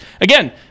again